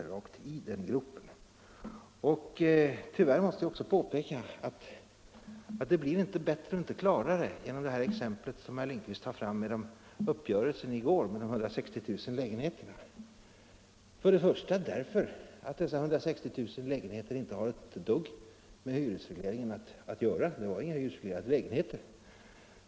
Tyvärr måste jag också påpeka att det inte blir bättre eller klarare genom de exempel som herr Lindkvist anförde om uppgörelsen i går för de 160 000 lägenheterna. För det första har dessa 160 000 lägenheter inte ett dugg med hyresregleringen att göra — det gällde inga hyresreglerade lägenheter.